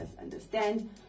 understand